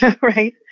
right